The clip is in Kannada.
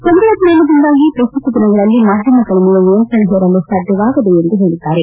ತಂತ್ರಜ್ವಾನದಿಂದಾಗಿ ಪ್ರಸ್ತುತ ದಿನಗಳಲ್ಲಿ ಮಾಧ್ವಮಗಳ ಮೇಲೆ ನಿಯಂತ್ರಣ ಹೇರಲು ಸಾಧ್ವವಾಗದು ಎಂದು ಹೇಳಿದ್ದಾರೆ